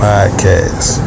Podcast